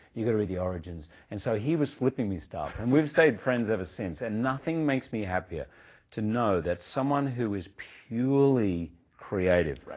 you gotta read the origins, and so he was flipping me stuff, and we've stayed friends ever since, and nothing makes me happier to know that someone who is purely creative,